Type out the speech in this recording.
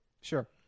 Sure